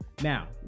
now